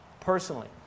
Personally